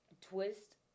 twist